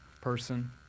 person